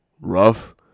rough